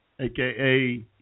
AKA